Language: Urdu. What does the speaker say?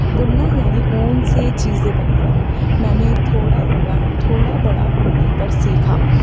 بننا یعنی اون سی چیزیں بنانا میں نے تھوڑا برا تھوڑا بڑا ہونے پر سیکھا